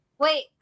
Wait